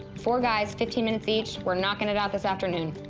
four guys, fifteen minutes each, we're knockin' it out this afternoon.